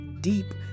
Deep